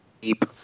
deep